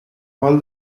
all